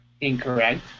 Incorrect